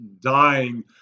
dying